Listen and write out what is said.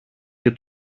και